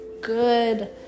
good